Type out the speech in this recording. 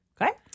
Okay